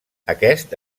aquest